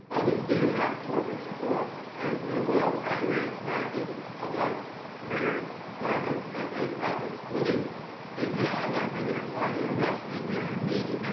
others did have corporate support and and well financed backing of like mayor duggan and others. willie didn't have that, maybe that's why they arrested him during a